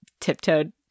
tiptoed